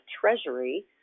Treasury